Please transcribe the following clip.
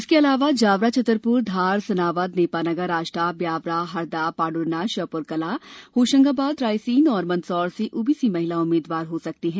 इसके अलावा जावराए छतरप्ररए धारए सनावदए नेपानगरए आष्टाए ब्यावराए हरदाए पांढ़र्नाए श्योप्र कलाए होशंगाबादए रायसेन और मंदसौर से ओबीसी महिला उम्मीदवार हो सकती हैं